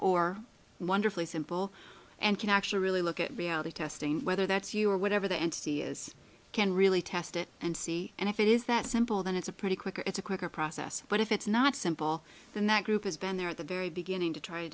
or wonderfully simple and can actually really look at reality testing whether that's you or whatever the entity is can really test it and see and if it is that simple then it's a pretty quick it's a quicker process but if it's not simple then that group has been there at the very beginning to try to